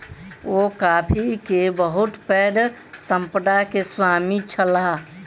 ओ coffee के बहुत पैघ संपदा के स्वामी छलाह